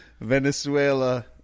Venezuela